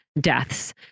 deaths